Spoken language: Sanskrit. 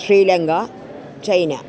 श्रीलङ्का चैना